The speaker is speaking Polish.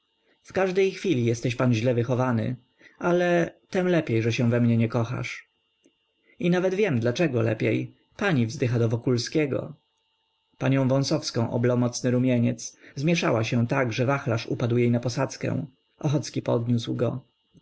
w każdej chwili jesteś pan źle wychowany ale tem lepiej że się we mnie nie kochasz i nawet wiem dlaczego lepiej pani wzdycha do wokulskiego panią wąsowską oblał mocny rumieniec zmieszała się tak że wachlarz upadł jej na posadzkę ochocki podniósł go